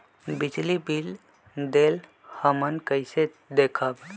बिजली बिल देल हमन कईसे देखब?